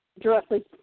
directly